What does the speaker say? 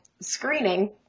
Screening